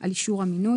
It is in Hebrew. על אישור המינוי.